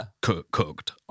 cooked